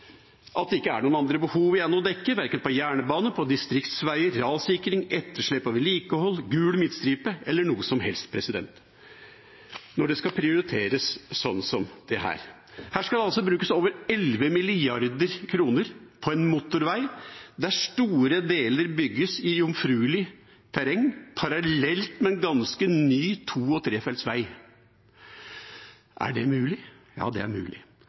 at det ikke er noen andre behov igjen å dekke verken når det gjelder jernbane, distriktsveier, rassikring, etterslep av vedlikehold, gul midtstripe eller noe som helst når det skal prioriteres sånn som dette. Her skal det altså brukes over 11 mrd. kr på en motorvei der store deler bygges i jomfruelig terreng parallelt med en ganske ny to- og trefelts vei. Er det mulig? Ja, det er mulig.